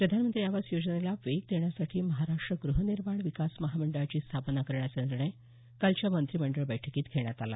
प्रधानमंत्री आवास योजनेला वेग देण्यासाठी महाराष्ट्र ग्रहनिर्माण विकास महामंडळाची स्थापना करण्याचा निर्णय कालच्या मंत्रिमंडळ बैठकीत घेण्यात आला